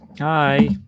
Hi